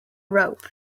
rope